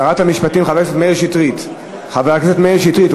שרת המשפטים, חבר הכנסת מאיר שטרית.